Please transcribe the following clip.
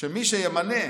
שמי שימנה